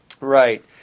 Right